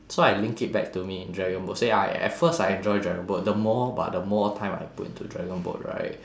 so I linked it back to me in dragon boat say I at first I enjoyed dragon boat the more but the more time I put into dragon boat right